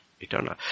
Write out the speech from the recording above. Eternal